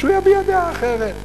שיביע דעה אחרת.